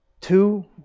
Two